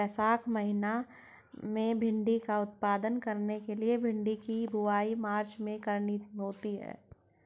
वैशाख महीना में भिण्डी का उत्पादन करने के लिए भिंडी की बुवाई मार्च में करनी होती है